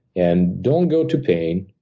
and don't go to pain.